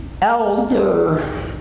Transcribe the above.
elder